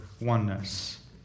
oneness